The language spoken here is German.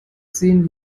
sehen